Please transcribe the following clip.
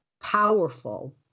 powerful